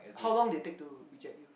how long they take to reject you